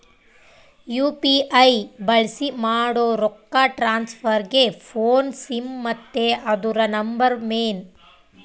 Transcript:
UPI ಬಳ್ಸಿ ಮಾಡೋ ರೊಕ್ಕ ಟ್ರಾನ್ಸ್ಫರ್ಗೆ ಫೋನ್ನ ಸಿಮ್ ಮತ್ತೆ ಅದುರ ನಂಬರ್ ಮೇನ್